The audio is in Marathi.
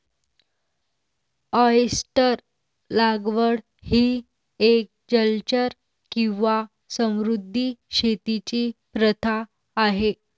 ऑयस्टर लागवड ही एक जलचर किंवा समुद्री शेतीची प्रथा आहे